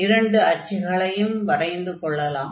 இரண்டு அச்சுகளையும் வரைந்து கொள்ளலாம்